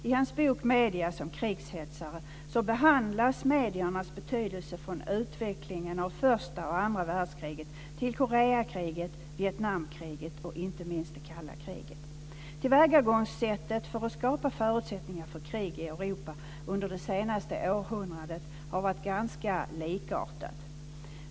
I sin bok Media som krigshetsare behandlar han mediernas betydelse för utvecklingen av första och andra världskriget, Koreakriget, Vietnamkriget och inte minst det kalla kriget. Tillvägagångssättet för att skapa förutsättningar för krig i Europa har under det senaste århundradet varit ganska likartat.